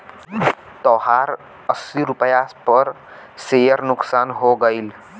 तोहार अस्सी रुपैया पर सेअर नुकसान हो गइल